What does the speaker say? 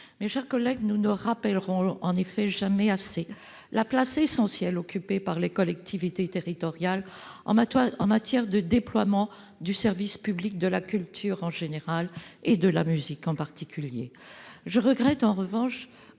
Mes chers collègues, nous ne rappellerons en effet jamais assez la place essentielle occupée par les collectivités territoriales en matière de déploiement du service public de la culture en général, et de la musique en particulier. Je regrette que notre